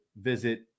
visit